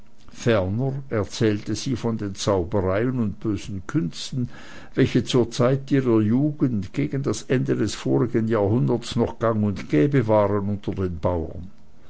erzählte sie von den zaubereien und bösen künsten welche zur zeit ihrer jugend gegen das ende des vorigen jahrhunderts noch gang und gäbe waren unter den bauern